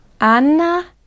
Anna